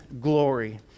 glory